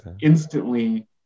instantly